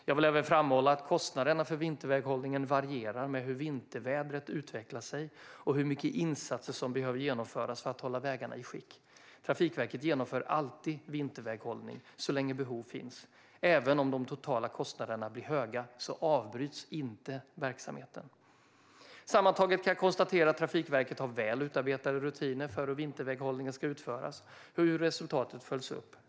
Jag vill även framhålla att kostnaderna för vinterväghållningen varierar med hur vintervädret utvecklar sig och hur mycket insatser som behöver genomföras för att hålla vägarna i skick. Trafikverket genomför alltid vinterväghållning så länge behov finns. Även om de totala kostnaderna blir höga avbryts inte verksamheten. Sammantaget kan jag konstatera att Trafikverket har väl utarbetade rutiner för hur vinterväghållningen ska utföras och för hur resultatet följs upp.